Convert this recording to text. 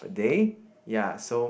they ya so